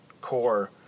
core